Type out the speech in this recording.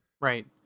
Right